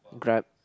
Grab